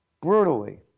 Brutally